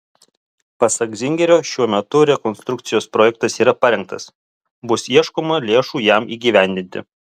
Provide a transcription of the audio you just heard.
pasak zingerio šiuo metu rekonstrukcijos projektas yra parengtas bus ieškoma lėšų jam įgyvendinti